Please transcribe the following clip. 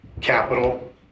capital